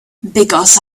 because